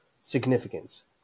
significance